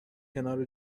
کنار